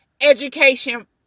education